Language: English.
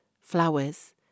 flowers